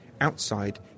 outside